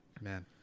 man